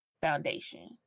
Foundation